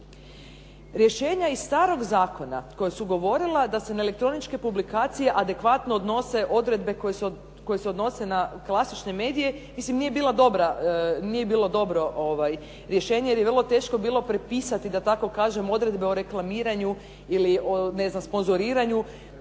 Rješenja iz starog zakona koja su govorila da se na elektroničke publikacije adekvatno odnose odredbe koje se odnose klasične medije, mislim nije bilo dobro rješenje jer je vrlo teško bilo prepisati odredbe o reklamiranju ili sponzoriranju